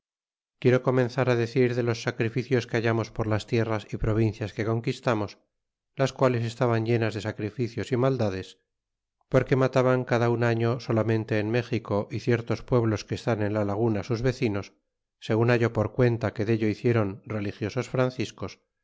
quiero comenzar decir de los sacrificios que hallamos por las tierras y provincias que conquistamos las quales estaban llenas de sacrificios y maldades porque mataban cada un año solamente en méxico y ciertos pueblos que están en la laguna sus vecinos segun hallo por cuenta que dello hiciéron religiosos franciscos